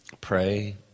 pray